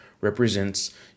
represents